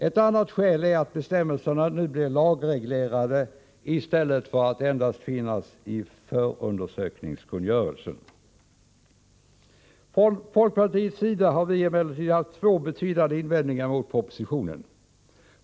Ett annat skäl är att bestämmelserna nu blir lagreglerade i stället för att endast finnas i förundersökningskungörelsen. Från folkpartiets sida har vi emellertid haft två betydande invändningar mot propositionen.